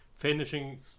finishing